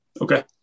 Okay